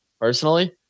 personally